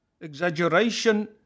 exaggeration